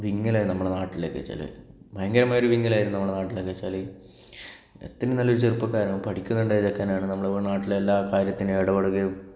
വിങ്ങലായിരുന്നു നമ്മളുടെ നാട്ടിലൊക്കെ ചില ഭയങ്കരമായൊരു വിങ്ങലായിരുന്നു നമ്മളുടെ നാട്ടിലൊക്കെ വെച്ചാല് ഇത്രയും നല്ലൊരു ചെറുപ്പക്കാരൻ പഠിക്കുന്നുണ്ടായ ചെക്കൻ ആണ് നമ്മുടെ നാട്ടിലെ എല്ലാ കാര്യത്തിലും ഇടപെടുകയും